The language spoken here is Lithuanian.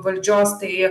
valdžios tai